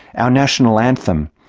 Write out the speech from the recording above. our national anthem,